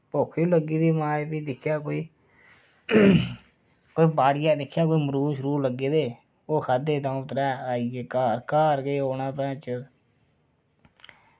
भुक्ख बी लग्गी दी ही ते भी दिक्खेआ मा कोई बाड़िया दिक्खेआ कोई मरूद लग्गे दे हे ओह् खाद्धे ते आई गे घर घर केह् होना